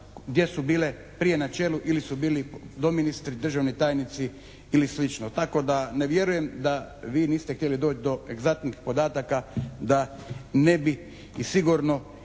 gdje su bile prije na čelu ili su bili doministri, državni tajnici ili slično. Tako da ne vjerujem da vi niste htjeli doći do egzaktnih podataka da ne bi i sigurno